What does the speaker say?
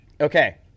Okay